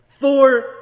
Four